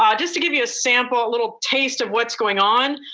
um just to give you a sample, a little taste of what's going on.